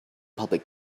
public